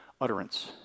utterance